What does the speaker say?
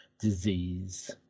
disease